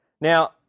Now